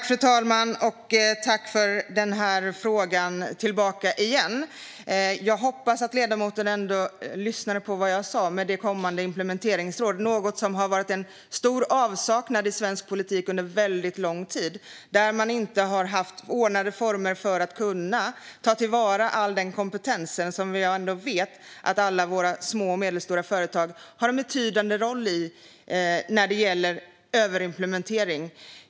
Fru talman! Jag tackar för frågan igen. Jag hoppas att ledamoten lyssnade på vad jag sa om kommande implementeringsråd, något som det har varit en stor avsaknad av i svensk politik under väldigt lång tid. Man har inte haft ordnade former för att kunna ta till vara all den kompetens som jag vet att alla våra små och medelstora företag har en betydande roll i när det gäller överimplementering.